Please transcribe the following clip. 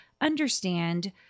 understand